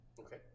Okay